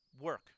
work